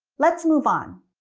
let's move on.